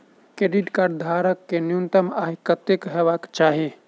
Credit card धारक कऽ न्यूनतम आय कत्तेक हेबाक चाहि?